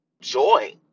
joy